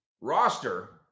roster